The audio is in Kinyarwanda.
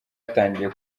byatangiye